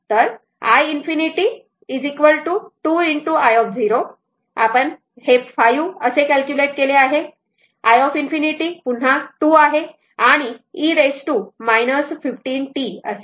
तर i ∞ 2 i0 आपण हे 5 असे कॅल्क्युलेट केले आहे i ∞ पुन्हा 2 आहे आणि e 15t आहे